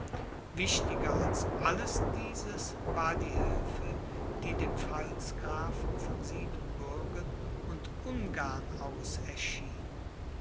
wichtiger als alles dieses war die hilfe die dem pfalzgrafen von siebenbürgen und ungarn aus erschien